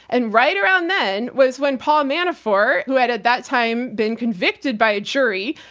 and right around then was when paul manafort, who had at that time been convicted by a jury,